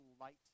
light